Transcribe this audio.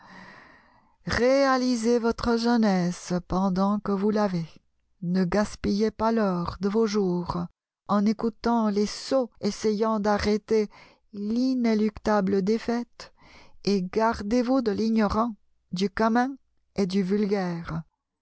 réalisez votre jeunesse pendant que vous l'avez ne gaspillez pas l'or de vos jours en écoutant les sots essayant d'arrêter l'inéluctable défaite et gardez vous de l'ignorant du commun et du vulgaire